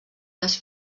les